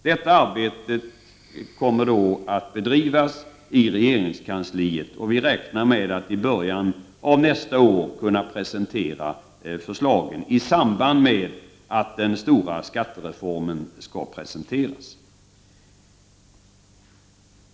Detta arbete kommer att bedrivas i regeringskansliet, och regeringen räknar med att kunna presentera förslagen i början av nästa år, i samband med att den stora skattereformen skall presenteras.